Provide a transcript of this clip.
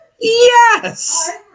Yes